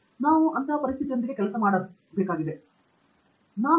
ನಾವು ಅದರೊಂದಿಗೆ ಕೆಲಸ ಮಾಡಬೇಕಾಗಿದೆ ಹಾಗಾಗಿ ನಾನು ಬಯಸುವ ವಿಷಯ